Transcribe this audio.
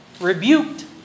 rebuked